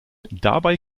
dabei